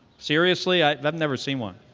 seriously, i've i've never seen one.